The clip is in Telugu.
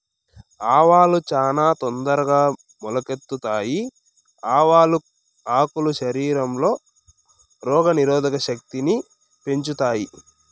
ఆవాలు చానా తొందరగా మొలకెత్తుతాయి, ఆవాల ఆకులు శరీరంలో రోగ నిరోధక శక్తిని పెంచుతాయి